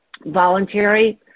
voluntary